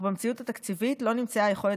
אך במציאות התקציבית לא נמצאה יכולת